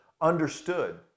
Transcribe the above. understood